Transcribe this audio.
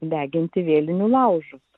deginti vėlinių laužus